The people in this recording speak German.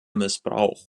missbrauch